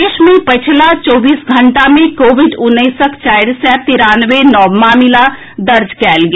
प्रदेश मे पछिला चौबीस घंटा मे कोविड उन्नैसक चारि सय तिरानवे नव मामिला दर्ज कयल गेल